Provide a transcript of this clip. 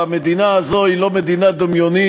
המדינה הזאת היא לא מדינה דמיונית,